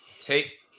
take